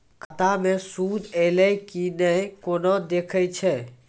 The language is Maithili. खाता मे सूद एलय की ने कोना देखय छै?